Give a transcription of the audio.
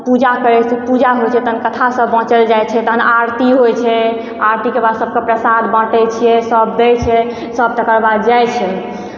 पूजा करै छै पूजा होइ छै तहन कथा सब बांचल जाइ छै तहन आरती होइ छै आरती के बाद सबके प्रसाद बाँटै छियै सब दै छै सब तकर बाद जाइ छै